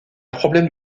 problème